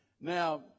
Now